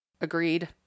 agreed